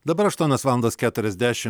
dabar aštuonios valandos keturiasdešim